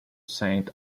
saint